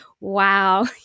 wow